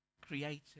created